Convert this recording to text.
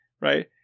right